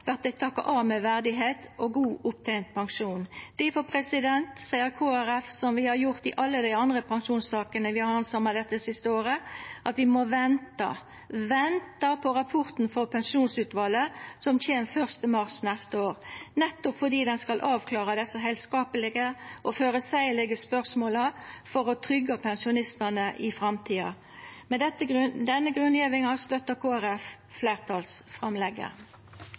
vert dei takka av med verdigheit og ein god opptent pensjon. Difor seier Kristeleg Folkeparti, som vi har gjort i alle dei andre pensjonssakene vi har handsama dette siste året, at vi må venta, venta på rapporten frå pensjonsutvalet som kjem 1. mars neste år, nettopp fordi den skal avklara desse heilskaplege og føreseielege spørsmåla for å tryggja pensjonistane i framtida. Med denne grunngjevinga støttar Kristeleg Folkeparti fleirtalsframlegget.